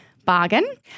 Bargain